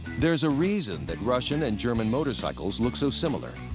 there is a reason that russian and german motorcycles look so similar.